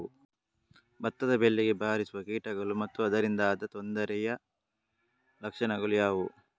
ಭತ್ತದ ಬೆಳೆಗೆ ಬಾರಿಸುವ ಕೀಟಗಳು ಮತ್ತು ಅದರಿಂದಾದ ತೊಂದರೆಯ ಲಕ್ಷಣಗಳು ಯಾವುವು?